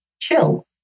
chill